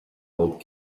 old